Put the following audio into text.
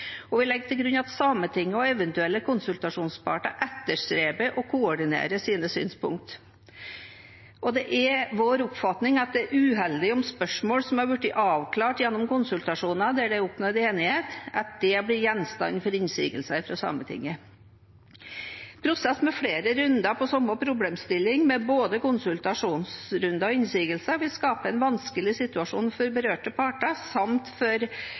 Vi legger til grunn at Sametinget og eventuelle konsultasjonsparter etterstreber å koordinere sine synspunkter. Det er vår oppfatning at det er uheldig om spørsmål som har vært avklart gjennom konsultasjoner der det er oppnådd enighet, blir gjenstand for innsigelser fra Sametinget. En prosess med flere runder med samme problemstilling, med både konsultasjonsrunder og innsigelser, vil skape en vanskelig situasjon for berørte parter samt